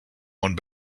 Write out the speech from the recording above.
one